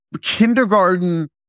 kindergarten